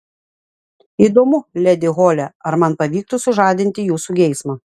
įdomu ledi hole ar man pavyktų sužadinti jūsų geismą